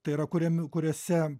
tai yra kuriami kuriuose